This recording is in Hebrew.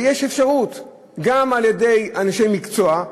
ויש אפשרות גם על-ידי אנשי מקצוע,